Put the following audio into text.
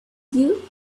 you